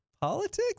Politics